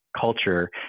culture